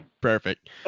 Perfect